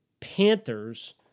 Panthers